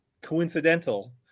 coincidental